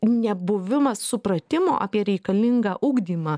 nebuvimas supratimo apie reikalingą ugdymą